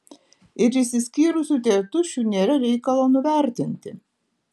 ir išsiskyrusių tėtušių nėra reikalo nuvertinti